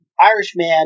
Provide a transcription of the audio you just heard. Irishman